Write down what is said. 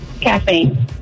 Caffeine